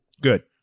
Good